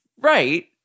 right